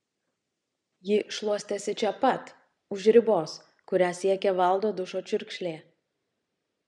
ji šluostėsi čia pat už ribos kurią siekė valdo dušo čiurkšlė